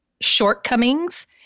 shortcomings